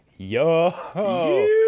yo